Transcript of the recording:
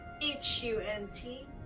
H-U-N-T